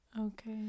Okay